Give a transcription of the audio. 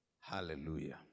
Hallelujah